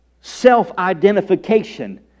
self-identification